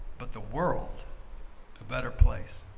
but the world a better place.